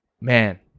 man